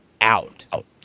out